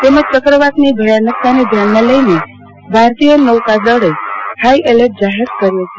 તેમજ ચક્રવાતની ભયાનકતાને ધ્યાનમાં લઈન ભારતીય નૌકાદળે હાઈએલટસ્ જાહેર કયો છે